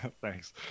thanks